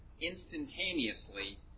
instantaneously